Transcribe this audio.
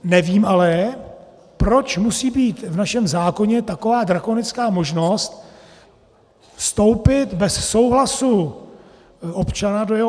Nevím ale, proč musí být v našem zákoně taková drakonická možnost vstoupit bez souhlasu občana do jeho obydlí.